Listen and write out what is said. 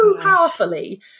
powerfully